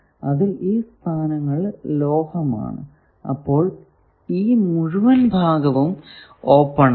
അതിൽ ഈ സ്ഥാനങ്ങൾ ലോഹമാണ് അപ്പോൾ ഈ മുഴുവൻ ഭാഗവും ഓപ്പൺ ആണ്